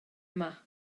yma